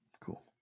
cool